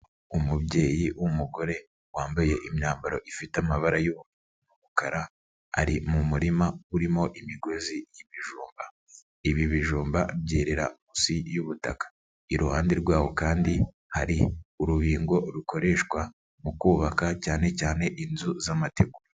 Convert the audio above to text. Umubyeyi w'umugore wambaye imyambaro ifite amabara y'umukara ari mu murima urimo imigozi y'ibijumba. Ibi bijumba byerera munsi y'ubutaka. Iruhande rwawo kandi hari urubingo rukoreshwa mukubaka cyane cyane inzu z'amategura.